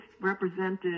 represented